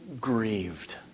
Grieved